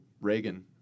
Reagan